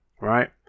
right